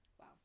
Wow